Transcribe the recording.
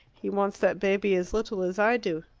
he wants that baby as little as i do.